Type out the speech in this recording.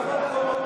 זו הפעם הראשונה